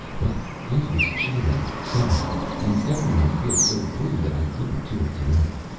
but light is cheering, somehow, and every one feels so blue that i wouldn't do it to-night.